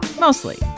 Mostly